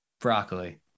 Broccoli